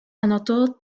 anotó